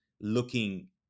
looking